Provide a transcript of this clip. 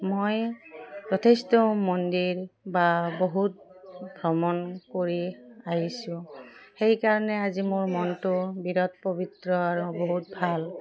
মই যথেষ্ট মন্দিৰ বা বহুত ভ্ৰমণ কৰি আহিছোঁ সেইকাৰণে আজি মোৰ মনটো বিৰাট পৱিত্ৰ আৰু বহুত ভাল